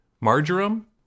Marjoram